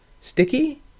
Sticky